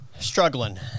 Struggling